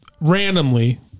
randomly